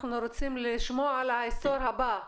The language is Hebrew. אנחנו רוצים לשמוע על העשור הבא,